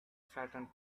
flattened